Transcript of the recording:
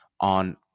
on